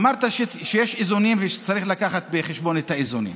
אמרת שיש איזונים וצריך להביא בחשבון את האיזונים.